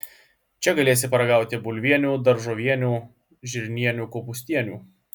čia galėsi paragauti bulvienių daržovienių žirnienių kopūstienių